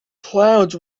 clouds